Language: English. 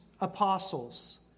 apostles